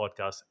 podcast